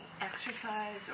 exercise